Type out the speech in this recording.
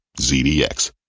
zdx